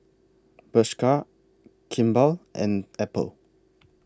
Bershka Kimball and Apple